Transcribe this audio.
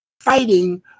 fighting